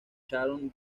sharon